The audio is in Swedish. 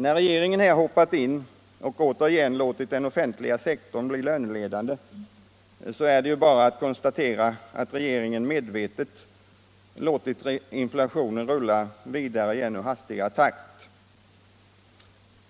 När regeringen hoppat in och låtit den offentliga sektorn bli löneledande är det bara att konstatera att regeringen medvetet låtit inflationen rulla vidare i ännu hastigare takt.